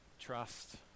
trust